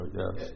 yes